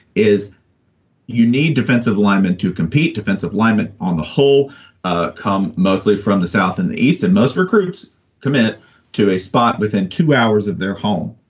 is you need defensive linemen to compete. defensive lineman on the whole ah come mostly from the south. and easton most recruits commit to a spot within two hours of their home.